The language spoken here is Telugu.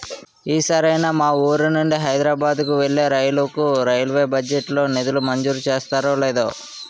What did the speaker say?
ఈ సారైనా మా వూరు నుండి హైదరబాద్ కు వెళ్ళే రైలుకు రైల్వే బడ్జెట్ లో నిధులు మంజూరు చేస్తారో లేదో